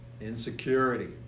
Insecurity